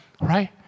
Right